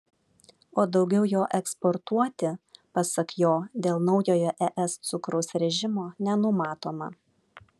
o daugiau jo eksportuoti pasak jo dėl naujojo es cukraus režimo nenumatoma